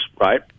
right